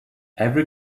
every